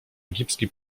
egipski